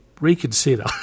reconsider